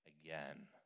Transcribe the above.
again